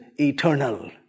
eternal